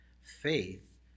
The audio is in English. Faith